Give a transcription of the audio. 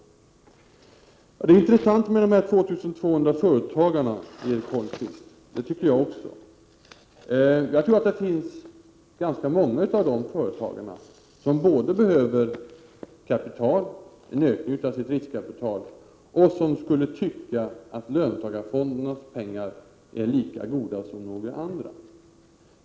Jag tycker också att det är intressant med de 2 200 företagarna, Erik Holmkvist. Jag tror att ganska många av dessa företagare behöver en ökning av sitt riskkapital och skulle tycka att löntagarfondernas pengar är lika goda som några andra.